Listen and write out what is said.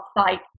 site